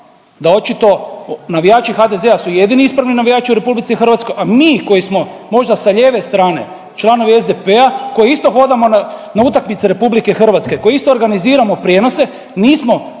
da očito navijači HDZ-a su jedini ispravni navijači u RH, a mi koji smo možda sa lijeve strane članovi SDP-a koji isto hodamo na utakmice RH koji isto organiziramo prijenose nismo